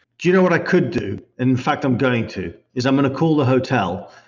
do you know what i could do? in fact, i'm going to is i'm going to call the hotel,